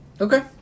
Okay